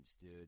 dude